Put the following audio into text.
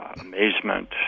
amazement